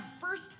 first